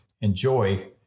enjoy